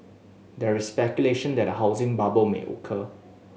there is speculation that a housing bubble may occur